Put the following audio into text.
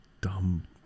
dumb